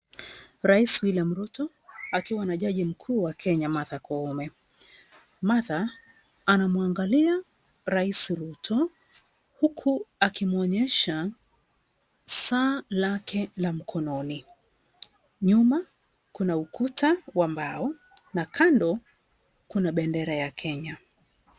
Rais William Rutto akiwa na jaji mkuu Martha Koome, Martha anamuangalia rais William Rutto huku akimwonyesha saa lake la mkononi, nyuma kuna ukuta wa mbao na kando kuna bendera ya Kenya